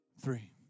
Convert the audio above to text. three